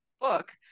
book